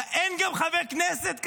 אין גם חבר כנסת כזה.